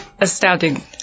astounding